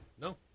No